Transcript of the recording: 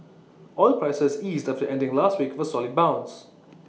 oil prices eased after ending last week with A solid bounce